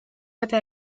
этой